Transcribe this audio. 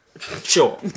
Sure